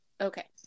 okay